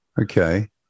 Okay